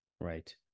Right